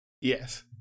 Yes